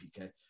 PK